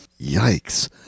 yikes